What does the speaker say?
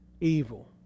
evil